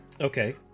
Okay